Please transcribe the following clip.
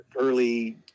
early